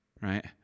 right